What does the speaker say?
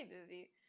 movie